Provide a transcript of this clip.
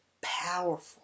powerful